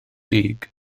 dug